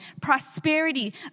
prosperity